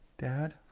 Dad